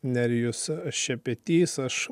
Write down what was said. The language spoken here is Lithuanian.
nerijus šepetys aš